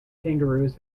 kangaroos